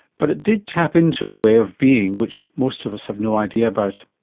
but it did tap in to a way of being which most of us have no idea about.